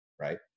right